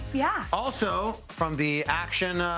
yeah also from the action.